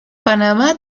panamá